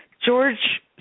George